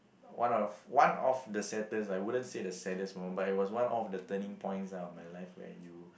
one of one of the saddest I wouldn't say the saddest moment but it was of the turning points in my life where you